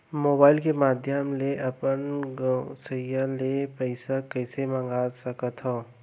Mobile के माधयम ले अपन गोसैय्या ले पइसा कइसे मंगा सकथव?